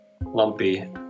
lumpy